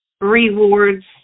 Rewards